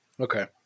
Okay